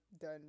done